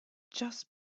just